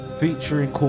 featuring